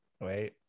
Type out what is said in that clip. wait